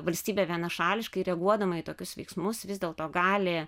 valstybė vienašališkai reaguodama į tokius veiksmus vis dėl to gali